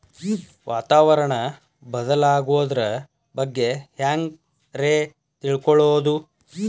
ವಾತಾವರಣ ಬದಲಾಗೊದ್ರ ಬಗ್ಗೆ ಹ್ಯಾಂಗ್ ರೇ ತಿಳ್ಕೊಳೋದು?